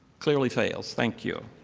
clearly fails. thank you.